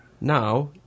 Now